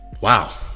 Wow